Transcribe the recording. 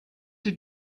did